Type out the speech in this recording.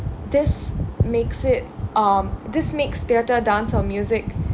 this makes it um this makes theatre dance or music